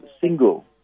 single